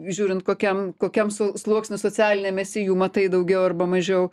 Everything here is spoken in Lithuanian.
žiūrint kokiam kokiam su sluoksny socialiniam esi jų matai daugiau arba mažiau